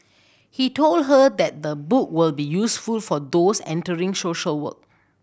he told her that the book will be useful for those entering social work